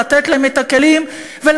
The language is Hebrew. לתת להם את הכלים ולהגיד,